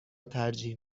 ترجیح